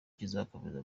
kizakomeza